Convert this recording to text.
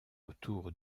autour